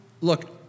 look